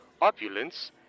opulence